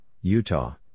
Utah